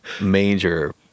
major